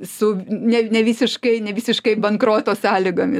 su ne nevisiškai nevisiškai bankroto sąlygomis